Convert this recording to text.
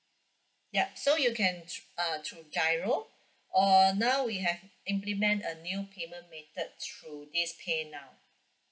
yup so you can uh through giro or now we have implement a new payment method through this paynow